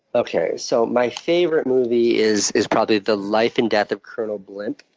okay. so my favorite movie is is probably the life and death of colonel blimp.